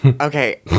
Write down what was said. Okay